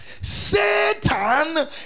Satan